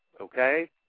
okay